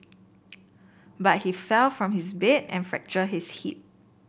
but he fell from his bed and fractured his hip